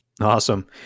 Awesome